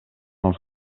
els